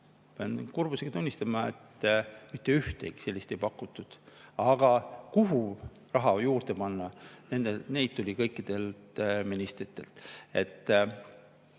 Pean kurbusega tunnistama, et mitte ühtegi sellist ei pakutud. Aga kohti, kuhu raha juurde panna, tuli kõikidelt ministritelt.